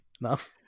enough